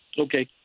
okay